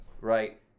right